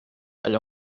allò